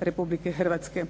Republike Hrvatske.